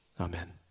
Amen